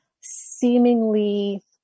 seemingly